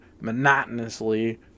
monotonously